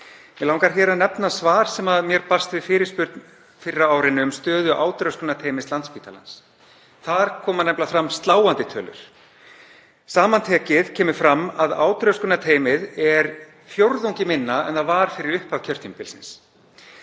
Mig langar að nefna hér svar sem mér barst við fyrirspurn fyrr á árinu um stöðu átröskunarteymis Landspítalans. Þar koma nefnilega fram sláandi tölur. Samantekið kemur fram að átröskunarteymið er fjórðungi minna en það var fyrir upphaf kjörtímabilsins.